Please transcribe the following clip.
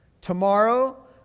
tomorrow